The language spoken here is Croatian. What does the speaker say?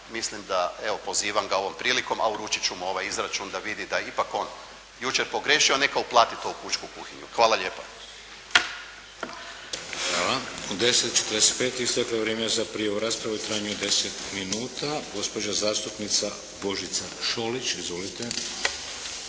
mislim da evo, pozivam ga ovom prilikom, a uručiti ću mu ovaj izračun da vidi da je ipak on jučer pogriješio, neka uplati to u pučku kuhinju. Hvala lijepa. **Šeks, Vladimir (HDZ)** Hvala. U 10,45 isteklo je vrijeme za prijavu za raspravu u trajanju od 10 minuta. Gospođa zastupnica Božica Šolić. Izvolite.